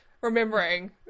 remembering